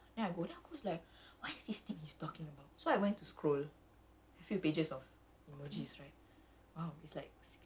so like everyone is always saying stuff like oh come to my area come to my area he was like you send me a carousel lah kan and aku was like what is this thing he's talking about